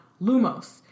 Lumos